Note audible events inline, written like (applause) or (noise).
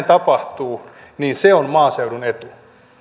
(unintelligible) tapahtuu niin se on maaseudun etu